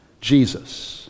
Jesus